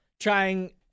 trying